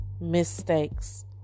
mistakes